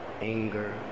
anger